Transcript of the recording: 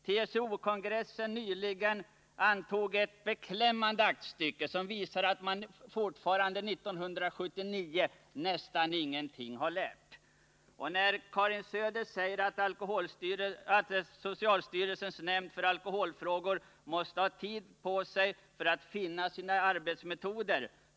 TCO kongressen antog nyligen ett beklämmande aktstycke som visar att man fortfarande 1979 nä När Karin Söder säger att socialstyrelsens nämnd för alkoholfrågor måste ha tid på sig för att finna sina arbetsmetoder.